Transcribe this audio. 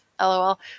lol